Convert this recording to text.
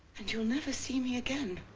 and you'll never see me again.